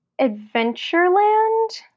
Adventureland